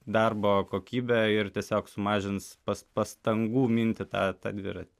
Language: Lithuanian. darbo kokybę ir tiesiog sumažins pas pastangų minti tą dviratį